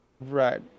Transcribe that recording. Right